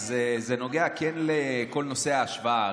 זה כן נוגע לכל נושא ההשוואה.